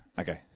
Okay